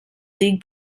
league